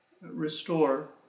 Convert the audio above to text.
restore